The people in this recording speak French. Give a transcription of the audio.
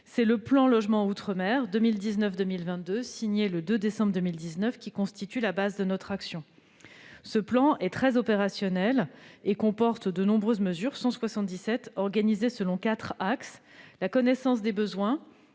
Le plan logement outre-mer 2019-2022, signé le 2 décembre 2019, constitue la base de notre action. Ce plan est très opérationnel et comporte de nombreuses mesures- 177 précisément -organisées selon quatre axes : la connaissance des besoins